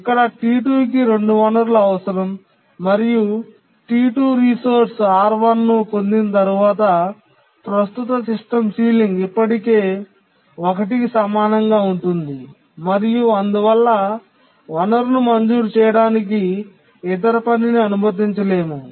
ఇక్కడ T2 కి 2 వనరులు అవసరం మరియు T2 రిసోర్స్ R1 ను పొందిన తర్వాత ప్రస్తుత సిస్టమ్ సీలింగ్ ఇప్పటికే 1 కి సమానంగా ఉంటుంది మరియు అందువల్ల వనరును మంజూరు చేయడానికి ఇతర పనిని అనుమతించలేము